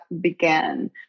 began